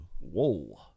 Whoa